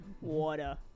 Water